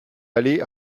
allé